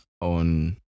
on